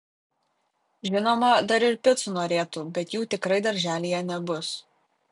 žinoma dar ir picų norėtų bet jų tikrai darželyje nebus